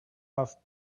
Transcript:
off